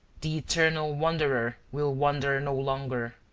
the eternal wanderer will wander no longer.